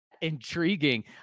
intriguing